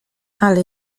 ale